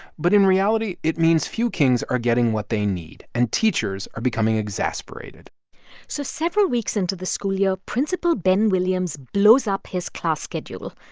but in reality, it means few kings are getting what they need. and teachers are becoming exasperated so several weeks into the school year, principal ben williams blows up his class schedule.